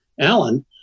Alan